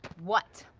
what?